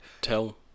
Tell